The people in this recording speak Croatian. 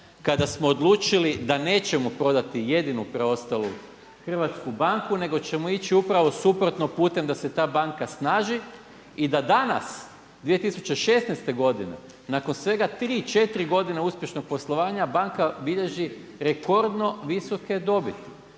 kada smo odlučili da nećemo prodati jedinu preostalu hrvatsku banku, nego ćemo ići upravo suprotno putem da se ta banka snaži i da danas 2016. godine nakon svega tri, četiri godine uspješnog poslovanja banka bilježi rekordno visoke dobiti.